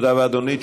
תודה רבה, אדוני.